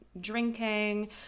drinking